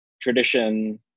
tradition